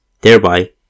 thereby